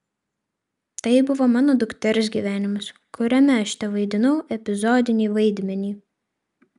tai buvo mano dukters gyvenimas kuriame aš tevaidinau epizodinį vaidmenį